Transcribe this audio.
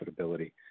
profitability